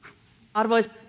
arvoisa herra